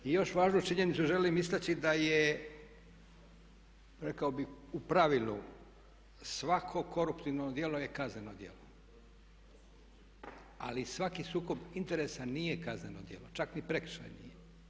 I još važnu činjenicu želim istaći da je rekao bih u pravilu svako koruptivno djelo je kazneno djelo, ali svaki sukob interesa nije kazneno djelo, čak ni prekršaj nije.